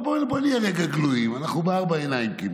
בואו נהיה רגע גלויים, אנחנו כמעט